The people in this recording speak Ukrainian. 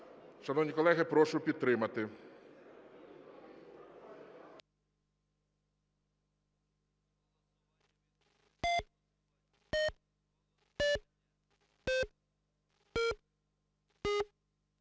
Шановні колеги, прошу підтримати.